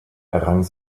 errang